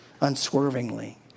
unswervingly